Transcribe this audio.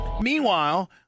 Meanwhile